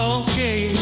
okay